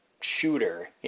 shooter